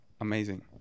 amazing